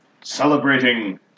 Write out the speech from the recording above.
celebrating